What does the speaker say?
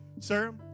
Sir